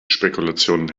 spekulationen